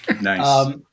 Nice